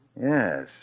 Yes